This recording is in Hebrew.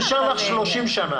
נשאר לך 30 שנה.